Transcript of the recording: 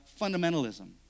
fundamentalism